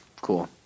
Cool